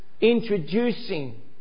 introducing